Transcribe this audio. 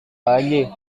lagi